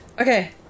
Okay